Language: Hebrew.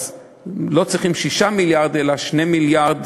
ואז לא צריכים 6 מיליארד אלא 2 מיליארד